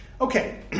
Okay